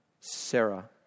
Sarah